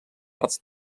arts